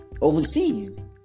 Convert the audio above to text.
overseas